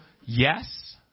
yes